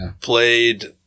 played